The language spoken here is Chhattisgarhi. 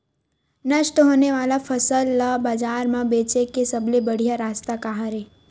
नष्ट होने वाला फसल ला बाजार मा बेचे के सबले बढ़िया रास्ता का हरे?